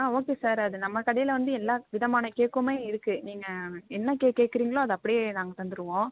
ஆ okay sir அது நம்ம கடையில் வந்து எல்லா விதமான கேக்குமே இருக்குது நீங்கள் என்ன கேக் கேட்குறீங்களா அதை அப்படியே நாங்கள் தந்திருவோம்